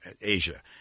Asia